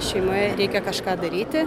šeimoje reikia kažką daryti